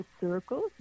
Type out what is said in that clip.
circles